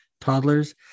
toddlers